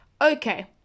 Okay